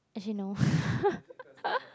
actually no